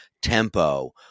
tempo